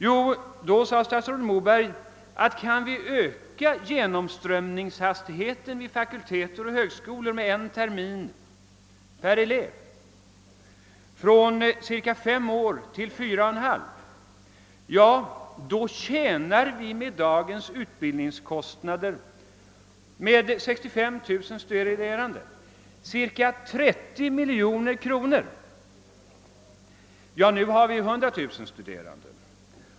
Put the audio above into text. Jo, då framhöll statsrådet Moberg att »om vi kunde öka genomströmningshastigheten vid fakulteter och högskolor med en termin per elev från fem år till fyra och ett halvt år, så skulle vi med dagens utbildningskostnader och med 65 000 studerande tjäna cirka 30 miljoner kronor». Nu har vi 100 000 studerande.